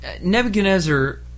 Nebuchadnezzar